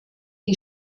die